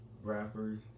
rappers